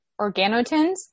organotins